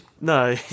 No